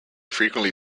frequently